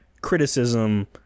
criticism